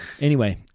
Anyway-